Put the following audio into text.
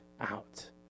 out